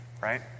right